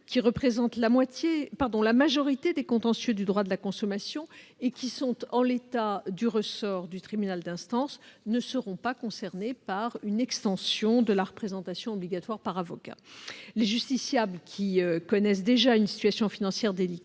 qui représentent la majorité des contentieux du droit de la consommation et qui sont, en l'état, du ressort du tribunal d'instance, ne seront pas concernées par une extension de la représentation obligatoire par avocat. Les justiciables, qui connaissent déjà une situation financière délicate,